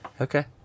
Okay